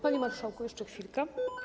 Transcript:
Panie marszałku, jeszcze chwilka.